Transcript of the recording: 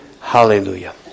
Hallelujah